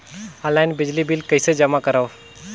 Online बिजली bill कइसे जमा करव?